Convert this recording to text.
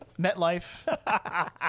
MetLife